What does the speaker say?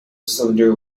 cylinder